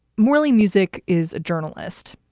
mallie music is a journalist,